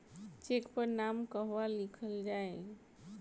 Check पर नाम कहवा लिखल जाइ?